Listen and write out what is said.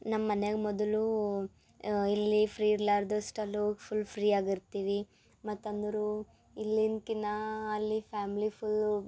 ನಮ್ಮ ಮನ್ಯಾಗ ಮೊದಲು ಇಲ್ಲಿ ಫ್ರೀ ಇರ್ಲಾರ್ದಷ್ಟ್ ಅಲ್ಲಿ ಹೋಗಿ ಫುಲ್ ಫ್ರೀಯಾಗಿ ಇರ್ತೀವಿ ಮತ್ತು ಅಂದರೆ ಇಲ್ಲಿನಕಿನ ಅಲ್ಲಿ ಫ್ಯಾಮ್ಲಿ ಫುಲ್ಲು